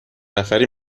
نفری